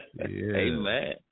Amen